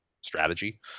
strategy